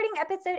episode